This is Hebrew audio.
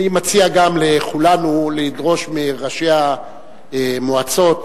אני מציע גם לכולנו לדרוש מראשי המועצות